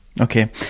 okay